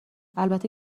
البته